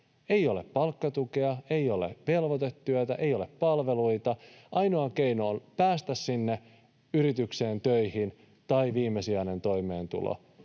ei ole palkkatukea, ei ole velvoitetyötä, ei ole palveluita. Ainoa keino on päästä sinne yritykseen töihin tai viimesijainen toimeentulo